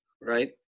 right